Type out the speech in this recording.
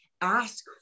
ask